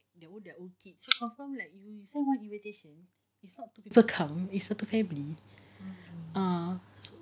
the budak the kids confirm like you you send one invitation is not two people come is satu family